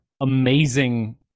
amazing